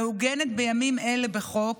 מעוגנת בימים אלה בחוק,